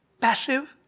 passive